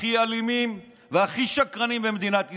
הכי אלימים והכי שקרנים במדינת ישראל.